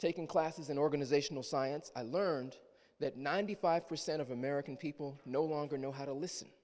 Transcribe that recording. taking classes in organizational science i learned that ninety five percent of american people no longer know how to listen